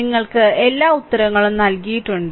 നിങ്ങൾക്ക് എല്ലാ ഉത്തരങ്ങളും നൽകിയിട്ടുണ്ട്